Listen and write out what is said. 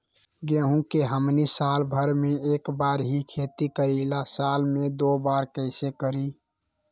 गेंहू के हमनी साल भर मे एक बार ही खेती करीला साल में दो बार कैसे करी?